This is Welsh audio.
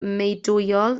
meudwyol